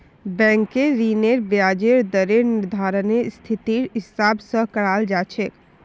बैंकेर ऋनेर ब्याजेर दरेर निर्धानरेर स्थितिर हिसाब स कराल जा छेक